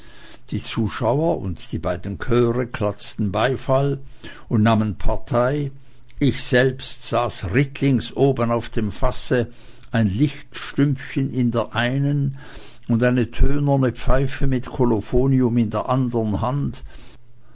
die zuschauer und die beiden chöre klatschten beifall und nahmen partei ich selbst saß rittlings oben auf dem fasse ein lichtstrümpfchen in der einen und eine tönerne pfeife mit kolophonium in der andern hand